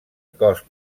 cost